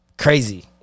Crazy